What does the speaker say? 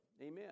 Amen